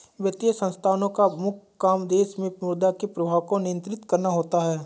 वित्तीय संस्थानोँ का मुख्य काम देश मे मुद्रा के प्रवाह को नियंत्रित करना होता है